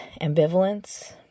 ambivalence